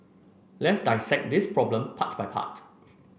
let's dissect this problem part by part